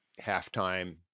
halftime